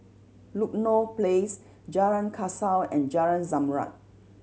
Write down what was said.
Ludlow Place Jalan Kasau and Jalan Zamrud